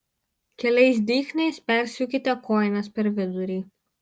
keliais dygsniais persiūkite kojines per vidurį